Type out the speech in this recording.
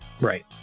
Right